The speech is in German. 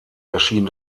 erschien